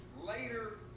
later